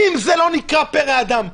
אם זה לא נקרא פרא אדם,